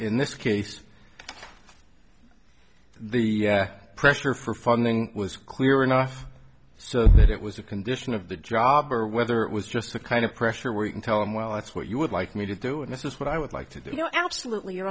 in this case the pressure for farming was clear enough so that it was a condition of the driver whether it was just the kind of pressure where you can tell him well that's what you would like me to do and this is what i would like to do you know absolutely you